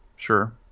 Sure